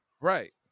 Right